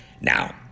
Now